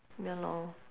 ya lor